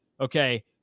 okay